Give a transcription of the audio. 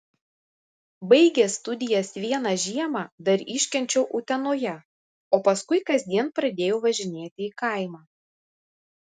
baigęs studijas vieną žiemą dar iškenčiau utenoje o paskui kasdien pradėjau važinėti į kaimą